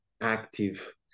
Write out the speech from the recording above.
active